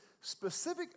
specific